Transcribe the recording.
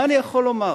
מה אני יכול לומר